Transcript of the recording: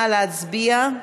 נא להצביע.